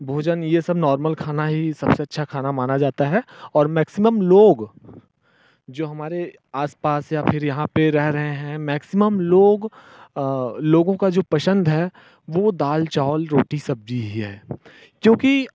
भोजन ये सब नॉर्मल खाना ही सबसे अच्छा खाना माना जाता है और मैक्सिमम लोग जो हमारे आसपास या फिर यहाँ पे रह रहे हैं मैक्सिमम लोग लोगों का जो पसंद है वो दाल चावल रोटी सब्जी ही है क्योंकि